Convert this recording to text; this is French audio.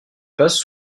passent